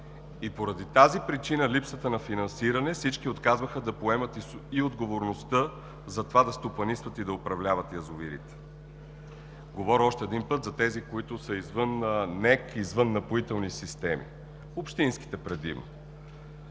Поради липсата на финансиране всички отказваха да поемат и отговорността да стопанисват и да управляват язовирите. Говоря още един път за тези, които са извън НЕК, извън „Напоителни системи“, общинските предимно.